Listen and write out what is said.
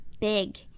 big